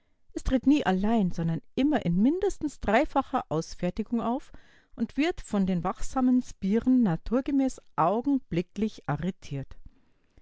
es tritt nie allein sondern immer in mindestens dreifacher ausfertigung auf und wird von den wachsamen sbirren naturgemäß augenblicklich arretiert